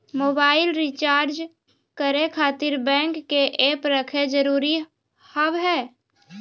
Mobile recharge करे खातिर bank के ऐप रखे जरूरी हाव है?